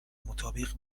مطابق